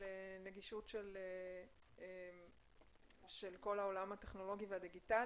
נגישות של כל העולם הטכנולוגי והדיגיטלי.